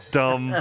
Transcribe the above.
dumb